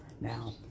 Now